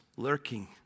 Lurking